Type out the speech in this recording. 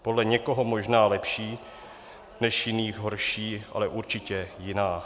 Podle někoho možná lepší, podle jiných horší, ale určitě jiná.